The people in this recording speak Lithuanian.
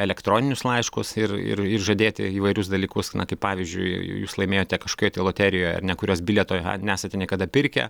elektroninius laiškus ir ir ir žadėti įvairius dalykus kaip pavyzdžiui jūs laimėjote kažkokioj tai loterijoje ar ne kurios bilieto nesate niekada pirkę